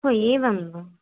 हो एवं वा